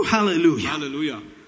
Hallelujah